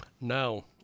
No